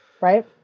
Right